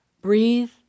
Breathe